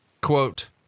quote